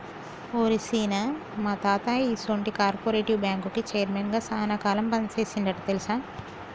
ఓరి సీన, మా తాత ఈసొంటి కార్పెరేటివ్ బ్యాంకుకి చైర్మన్ గా సాన కాలం పని సేసిండంట తెలుసా